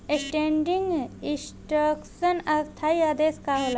Standing instruction स्थाई आदेश का होला?